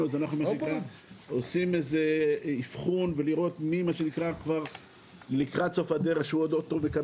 אז אנחנו עושים איזה אבחון מי שלקראת סוף הדרך,